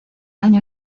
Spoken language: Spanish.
año